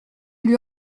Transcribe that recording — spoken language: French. lui